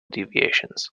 deviations